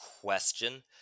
question